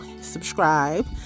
subscribe